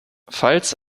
falls